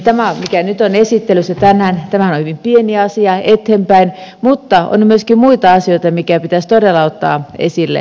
tämähän mikä nyt on esittelyssä tänään on hyvin pieni asia eteenpäin mutta on myöskin muita asioita mitkä pitäisi todella ottaa esille